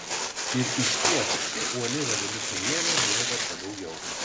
ir išties ši uoli revoliucionierė buvo verta daugiau